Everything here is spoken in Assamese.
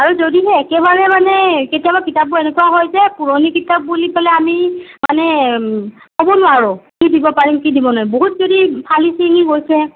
আৰু যদিহে একেবাৰে মানে কেতিয়াবা কিতাপবোৰ এনেকুৱা হয় যে পুৰণি কিতাপ বুলি পেলাই আমি মানে ল'ব নোৱাৰোঁ কি দিব পাৰিম কি দিব নোৱাৰিম বহুত যদি ফালি চিঙি গৈছে